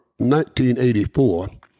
1984